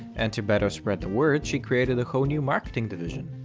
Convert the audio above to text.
and to better spread the word she created a whole new marketing division.